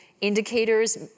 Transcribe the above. indicators